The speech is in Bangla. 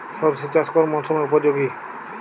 সরিষা চাষ কোন মরশুমে উপযোগী?